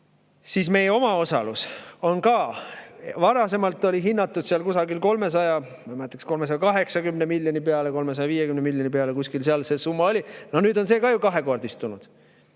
siis meie omaosalus on ka. Varasemalt oli hinnatud kusagil, ma ei mäleta kas 380 miljoni peale, 350 miljoni peale – kusagil seal see summa oli –, no nüüd on see ka ju kahekordistunud.